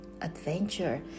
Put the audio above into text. adventure